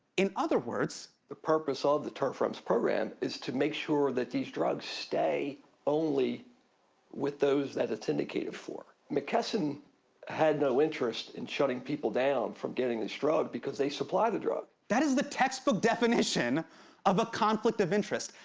in other words. the purpose of the tirf-rems program is to make sure that these drugs stay only with those that it's indicated for. mckesson had no interest in shutting people down from getting this drug because they supply the drug. that is the textbook definition of a conflict of interest.